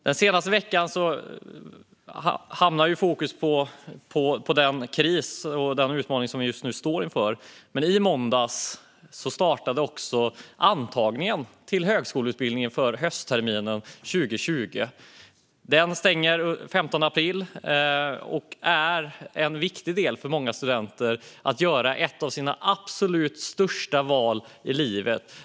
Den senaste veckan har fokus hamnat på den kris och utmaning vi nu står inför. Men i måndags startade också antagningen till högskoleutbildningarna höstterminen 2020. Den stänger den 15 april och är viktig för många studenter som ska göra ett av sina absolut största val i livet.